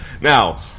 now